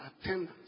attendance